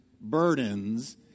burdens